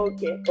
Okay